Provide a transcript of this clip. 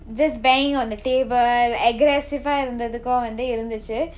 just banging on the table aggressive ah இருந்ததுக்கும் வந்து இருந்திச்சி:irunthathukkum vanthu irunthichi